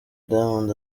diamond